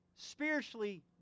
Spiritually